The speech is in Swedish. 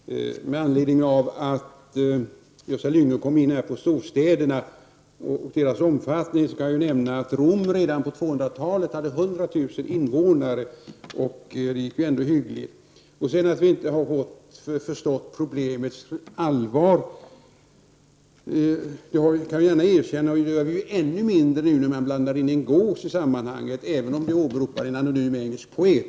Herr talman! Med anledning av att Gösta Lyngå kom in på frågan om storstäderna och deras omfattning kan jag nämna att Rom redan på 200-talet hade 100 000 invånare, och det gick ändå rätt hyggligt. Gösta Lyngå menade att vi inte förstått problemets allvar. Jag kan gärna erkänna att jag förstår det ännu mindre nu när han blandar in en gås i sammanhanget, även om han åberopar en anonym engelsk poet.